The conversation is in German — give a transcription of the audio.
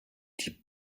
die